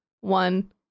one